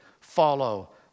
follow